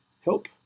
Help